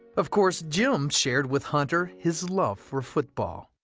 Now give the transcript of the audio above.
of course, jim shared with hunter his love for football.